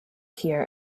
here